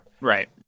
right